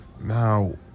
Now